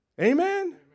Amen